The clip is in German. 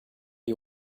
die